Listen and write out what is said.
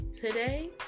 today